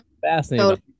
fascinating